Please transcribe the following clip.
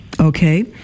okay